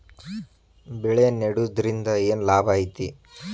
ಬೆಳೆ ನೆಡುದ್ರಿಂದ ಏನ್ ಲಾಭ ಐತಿ?